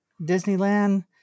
Disneyland